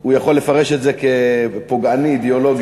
הוא יכול לפרש את זה כפוגעני אידיאולוגית.